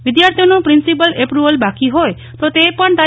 વિદ્યાર્થીઓનું principal approval બાકી હોય તો તે પણ તા